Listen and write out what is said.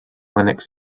linux